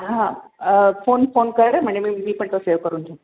हा phone phone कर म्हणजे मी मी पण तो सेव करून घेईन